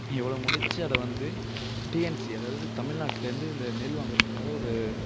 இவ்வளோ முடித்து அதை வந்து டிஎன்சி அதாவது தமிழ்நாட்டுலேருந்து இந்த நெல் வாங்குறத்துக்காக ஒரு